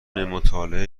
مطالعه